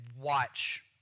watch